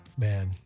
man